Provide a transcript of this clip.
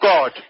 God